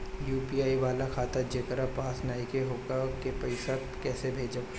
UPI वाला खाता जेकरा पास नईखे वोकरा के पईसा कैसे भेजब?